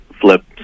flip